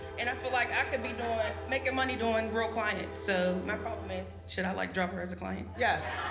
and i feel like i could be doin', making money doing real clients, so my problem is, should i like drop her as a client? yes.